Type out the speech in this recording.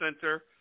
Center